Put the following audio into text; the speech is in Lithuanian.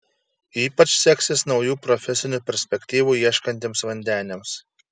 ypač seksis naujų profesinių perspektyvų ieškantiems vandeniams